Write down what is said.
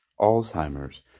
Alzheimer's